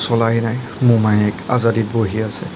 চলাই নাই মোমায়েক আজাদিত বহি আছে